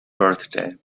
birthday